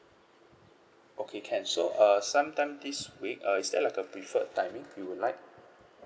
okay can so uh some time this week uh is there like a preferred timing you would like